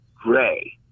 gray